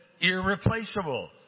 irreplaceable